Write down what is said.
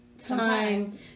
time